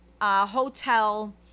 Hotel